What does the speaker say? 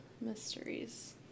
Mysteries